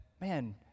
man